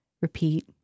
repeat